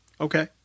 okay